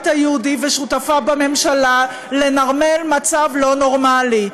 היהודי ושותפיו בממשלה לנרמל מצב לא נורמלי.